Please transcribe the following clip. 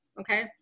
Okay